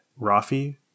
Rafi